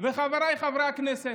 וחבריי חברי הכנסת,